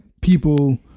people